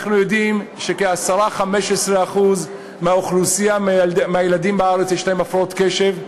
אנחנו יודעים של-10% 15% מאוכלוסיית הילדים בארץ יש הפרעות קשב.